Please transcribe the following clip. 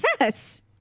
Yes